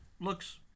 looks